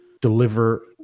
deliver